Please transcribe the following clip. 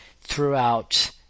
throughout